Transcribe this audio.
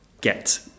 get